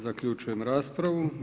Zaključujem raspravu.